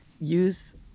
use